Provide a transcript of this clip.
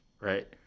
right